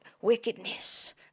wickedness